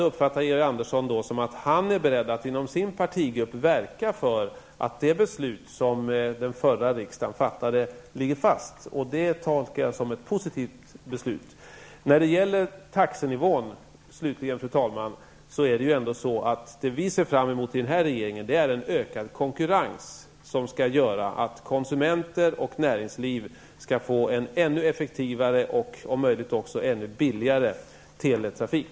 Nu uppfattar jag Georg Anderson som att han är beredd att inom sin partigrupp verka för att det beslut som den förra riksdagen fattade skall ligga fast, och det tolkar jag som positivt. Slutligen, fru talman, när det gäller taxenivån ser vi i den här regeringen fram emot en ökad konkurrens som skall bidra till att konsumenter och näringsliv skall få en ännu effektivare och om möjligt ännu billigare teletrafik.